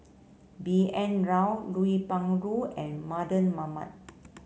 B N Rao Lui Pao and Mardan Mamat